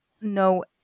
no